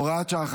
הוראת שעה,